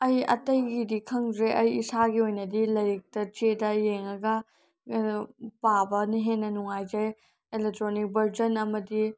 ꯑꯩ ꯑꯇꯩꯒꯤꯗꯤ ꯈꯪꯗ꯭ꯔꯦ ꯑꯩ ꯏꯁꯥꯒꯤ ꯑꯣꯏꯅꯗꯤ ꯂꯥꯏꯔꯤꯛꯇ ꯆꯦꯗ ꯌꯦꯡꯉꯒ ꯄꯥꯕꯅ ꯍꯦꯟꯅ ꯅꯨꯡꯉꯥꯏꯖꯩ ꯑꯦꯂꯦꯛꯇ꯭ꯔꯣꯅꯤꯛ ꯕꯔꯖꯟ ꯑꯃꯗꯤ